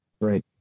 Right